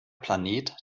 planet